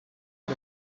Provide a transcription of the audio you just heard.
per